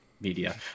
media